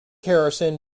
harrison